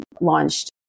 launched